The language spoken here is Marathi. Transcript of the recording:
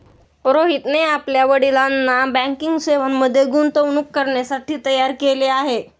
रोहितने आपल्या वडिलांना बँकिंग सेवांमध्ये गुंतवणूक करण्यासाठी तयार केले आहे